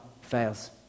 fails